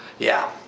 yeah.